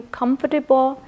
comfortable